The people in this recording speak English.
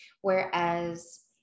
whereas